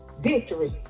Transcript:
Victory